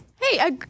Hey